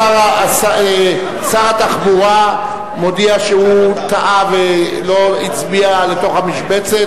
שר התחבורה מודיע שהוא טעה ולא הצביע לתוך המשבצת.